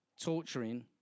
torturing